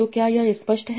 तो क्या यह स्पष्ट है